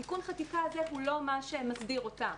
תיקון החקיקה הזה הוא לא מה שמסדיר אותם,